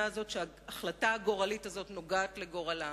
הזאת שההחלטה הגורלית הזאת נוגעת לגורלן.